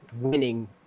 winning